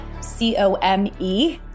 C-O-M-E